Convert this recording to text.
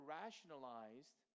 rationalized